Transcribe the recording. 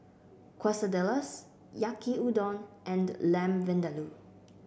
Quesadillas Yaki Udon and Lamb Vindaloo